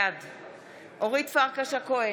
בעד אורית פרקש הכהן,